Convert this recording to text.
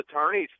attorneys